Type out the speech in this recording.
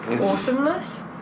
awesomeness